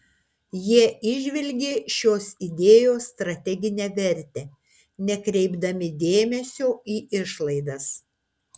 jie įžvelgė šios idėjos strateginę vertę nekreipdami dėmesio į išlaidas